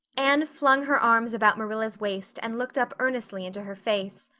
anne flung her arms about marilla's waist and looked up earnestly into her face.